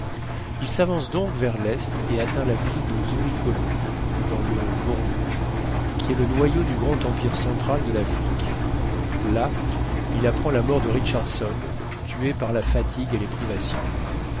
il savance donc vers l'est et atteint la ville de zouricolo dans le bornou qui est le noyau du grand empire central de l'afrique là il apprend la mort de richardson tué par la fatigue et les privations